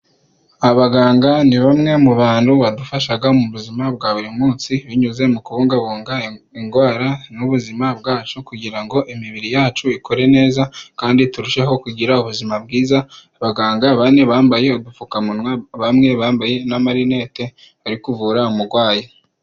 Abaganga ni bamwe mu bantu badufasha mu buzima bwa buri munsi binyuze mu kubungabunga indwara n'ubuzima bwacu kugira ngo imibiri yacu ikore neza kandi turusheho kugira ubuzima bwiza. Abaganga bane bambaye udupfukamunwa bamwe bambaye na marinete bari kuvura umurwayi.